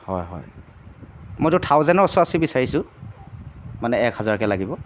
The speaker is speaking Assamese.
হয় হয় মইতো থাউজেনৰ ওচৰা ওচৰি বিচাৰিছোঁ মানে এক হাজাৰকৈ লাগিব